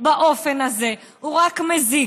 באופן הזה הוא רק מזיק.